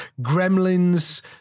gremlins